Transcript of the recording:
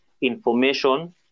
information